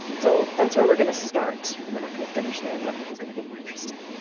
so that's where we're going to start. we're not going to finish there, though. it's going to be more interesting.